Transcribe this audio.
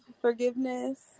forgiveness